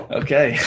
okay